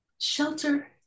shelter